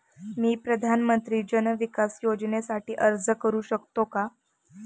मी प्रधानमंत्री जन विकास योजनेसाठी अर्ज करू शकतो का?